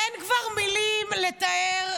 אין כבר מילים לתאר,